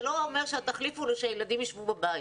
זה לא אומר שהתחליף הוא שהילדים ישבו בבית.